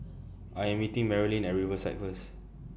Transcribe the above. I Am meeting Marilynn At Riverside First